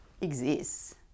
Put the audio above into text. exists